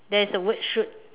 there's a word shoot